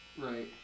right